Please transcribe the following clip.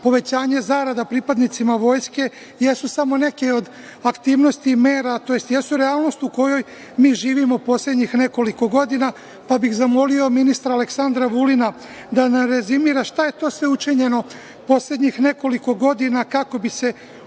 povećanja zarada pripadnicima vojske jesu samo neke od aktivnosti mera, tj. jesu realnost u kojoj mi živimo poslednjih nekoliko godina, pa bih zamolio ministra Aleksandra Vulina da nam rezimira šta je to sve učinjeno poslednjih nekoliko godina kako bi se